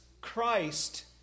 Christ